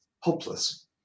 hopeless